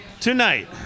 tonight